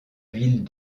ville